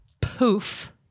poof